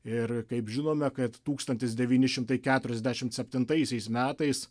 ir kaip žinome kad tūkstantis devyni šimtai keturiasdešimt septintaisiais metais